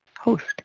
host